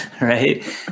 right